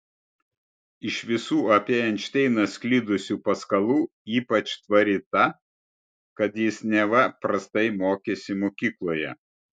iš visų apie einšteiną sklidusių paskalų ypač tvari ta kad jis neva prastai mokėsi mokykloje